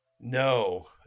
No